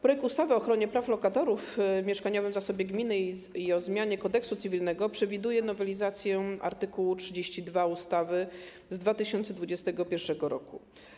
Projekt ustawy o ochronie praw lokatorów, mieszkaniowym zasobie gminy i o zmianie Kodeksu cywilnego przewiduje nowelizację art. 32 ustawy z 2021 r.